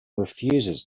refuses